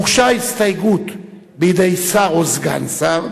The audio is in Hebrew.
הוגשה הסתייגות בידי שר או סגן שר,